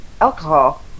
alcohol